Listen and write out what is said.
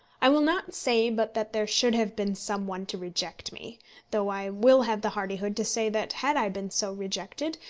i will not say but that there should have been some one to reject me though i will have the hardihood to say that, had i been so rejected,